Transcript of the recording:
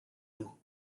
unis